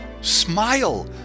Smile